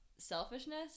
selfishness